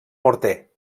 morter